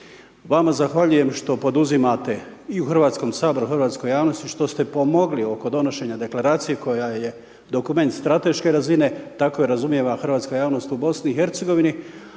Vama zahvaljujem što poduzimate i u Hrvatskom saboru, i u hrvatskoj javnosti, što ste pomogli oko donošenja Deklaracije koja je dokument strateške razine, tako je razumijeva hrvatska javnost u Bosni